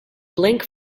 blink